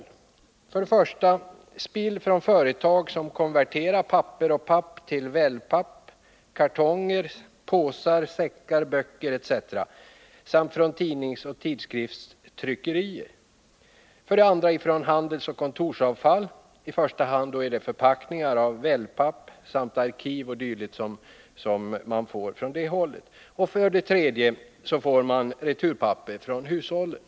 Det gäller för det första spill från företag som konverterar papper och papp till vellpapp, kartonger, påsar, säckar, böcker etc. samt spill från tidningsoch tidskriftstryckerier. För det andra gäller det handelsoch kontorsavfall, främst då förpackningar av vellpapp samt arkiv o. d. För det tredje får man returpapper från hushållen.